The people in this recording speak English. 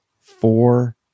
four